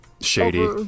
shady